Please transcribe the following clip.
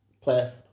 play